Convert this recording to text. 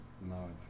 no